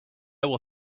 will